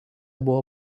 buvo